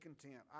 content